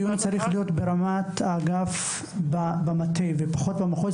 הדיון צריך להיות ברמת המטה ופחות ברמת המחוז.